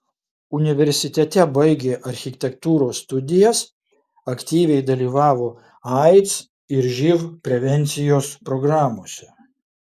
universitete baigė architektūros studijas aktyviai dalyvavo aids ir živ prevencijos programose